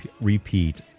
repeat